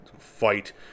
fight